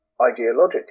ideologically